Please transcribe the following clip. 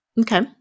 Okay